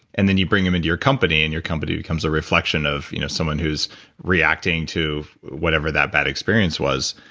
and then you bring them into your company, and your company becomes a reflection of you know someone who's reacting to whatever they bad experience was